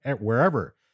wherever